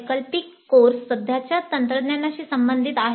वैकल्पिक कोर्स सध्याच्या तंत्रज्ञानाशी संबंधित आहे